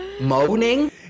moaning